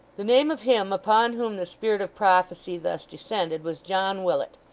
the name of him upon whom the spirit of prophecy thus descended was john willet,